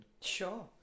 Sure